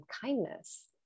kindness